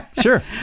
Sure